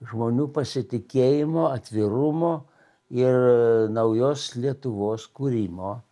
žmonių pasitikėjimo atvirumo ir naujos lietuvos kūrimo